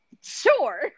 Sure